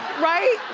right?